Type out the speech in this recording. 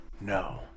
no